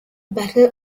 battle